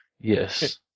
Yes